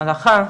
להלכה,